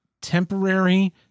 temporary